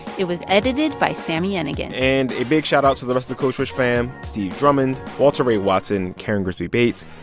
it was edited by sami yenigun and a big shoutout to the rest of the code switch fam steve drummond, walter ray watson, karen grigsby bates,